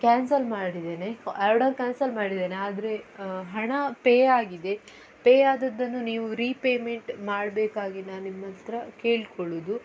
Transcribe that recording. cancel ಮಾಡಿದ್ದೇನೆ order cancel ಮಾಡಿದ್ದೇನೆ ಆದರೆ ಹಣ ಪೇ ಆಗಿದೆ ಪೇ ಆದದ್ದನ್ನು ನೀವು ರೀಪೇಮೆಂಟ್ ಮಾಡಬೇಕಾಗಿ ನಾನು ನಿಮ್ಮ ಹತ್ರ ಕೇಳ್ಕೊಳ್ಳೋದು